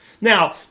Now